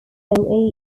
also